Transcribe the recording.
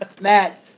Matt